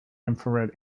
infrared